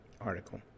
article